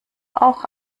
auch